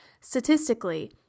statistically